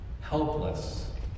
helpless